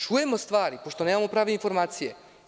Čujemo stvari, pošto nemamo prave informacije.